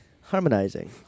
harmonizing